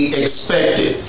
expected